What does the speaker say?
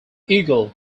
eagle